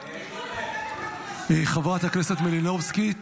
--- חברת הכנסת מלינובסקי,